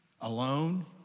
alone